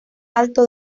alto